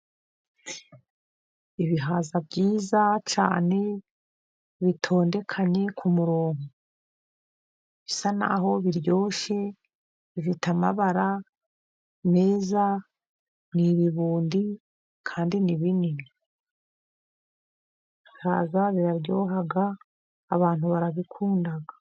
Ibihaza byiza cyane, bitondekanye k'umurongo, bisa naho biryoshye, bifite amabara meza, ni ibibundi kandi ni binini, ibihaza biraryoha abantu barabikunda.